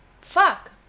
Fuck